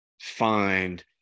find